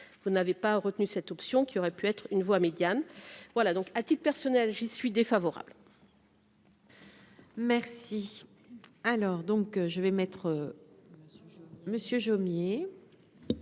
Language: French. vous n'avez pas retenu cette option qui aurait pu être une voie médiane, voilà donc à titre personnel, j'y suis défavorable. Merci, alors donc je vais mettre Monsieur